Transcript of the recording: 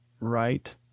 Right